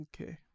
Okay